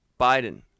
Biden